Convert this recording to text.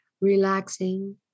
Relaxing